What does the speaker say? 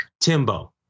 Timbo